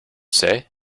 say